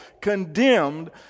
condemned